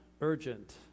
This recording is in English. urgent